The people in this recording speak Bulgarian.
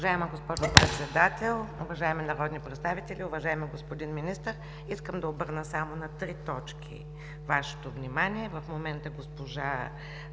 Уважаема госпожо Председател, уважаеми народни представители! Уважаеми господин Министър, искам да обърна Вашето внимание